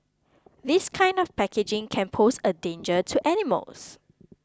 this kind of packaging can pose a danger to animals